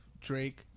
Drake